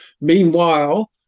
Meanwhile